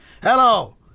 Hello